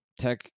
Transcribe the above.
tech